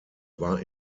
war